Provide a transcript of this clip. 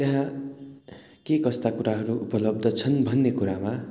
त्यहाँ के कस्ता कुराहरू उपलब्ध छन् भन्ने कुरामा